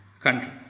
country